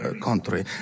country